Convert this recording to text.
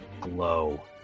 glow